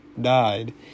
died